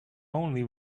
only